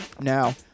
Now